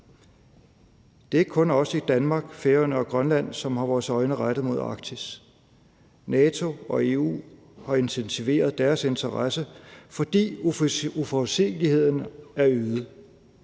Det er ikke kun os i Danmark, Færøerne og Grønland, som har vores øjne rettet mod Arktis. NATO og EU har intensiveret deres interesse, fordi uforudsigeligheden er øget.